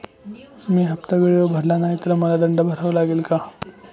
मी हफ्ता वेळेवर भरला नाही तर मला दंड भरावा लागेल का?